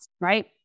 right